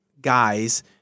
guys